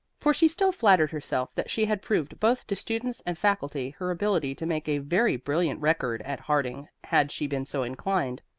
for she still flattered herself that she had proved both to students and faculty her ability to make a very brilliant record at harding had she been so inclined,